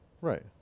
right